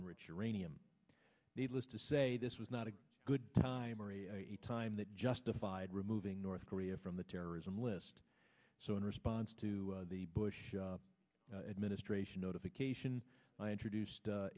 enrich uranium needless to say this was not a good time or a time that justified removing north korea from the terrorism list so in response to the bush administration notification i introduced